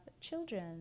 children